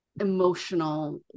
emotional